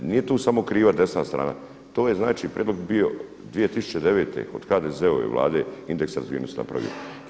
Nije tu samo kriva desna strana, to je znači prijedlog bi bio 2009. od HDZ-ove Vlade indeks razvijenosti napravljen.